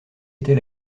était